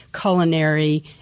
culinary